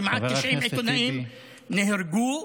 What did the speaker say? כמעט 90 עיתונאים נהרגו.